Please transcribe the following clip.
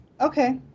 Okay